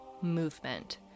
movement